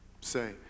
say